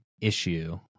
issue